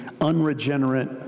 unregenerate